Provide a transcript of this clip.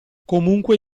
comunque